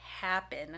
happen